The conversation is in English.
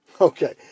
Okay